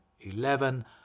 eleven